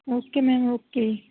okay madam okay